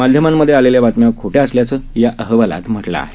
माध्यमांमध्येआलेल्याबातम्याखोट्याअसल्याचंयाअहवालातम्हटलंआहे